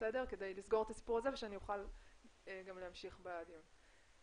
כדי לסגור את הסיפור הזה ושאוכל גם להמשיך בדיון.